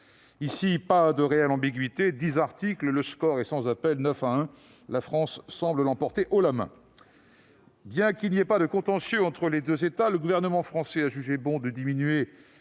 Ici, il n'y a nulle ambiguïté. Sur dix articles, le score est sans appel : neuf à un, la France semble l'emporter haut la main ! Excellent ! Bien qu'il n'y ait pas de contentieux entre les deux États, le gouvernement français a jugé bon de diminuer